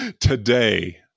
today